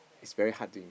is very hard to